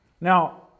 Now